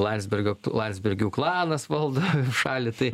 landsbergio landsbergių klanas valdo šalį tai